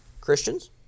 Christians